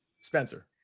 Spencer